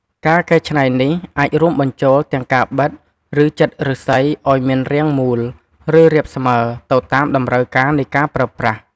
ការកែច្នៃនេះអាចរួមបញ្ចូលទាំងការបិត ឬចិតឬស្សីអោយមានរាងមូល ឬរាបស្មើ ទៅតាមតម្រូវការនៃការប្រើប្រាស់។